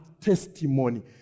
testimony